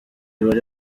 bari